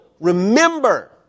remember